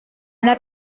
una